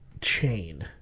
chain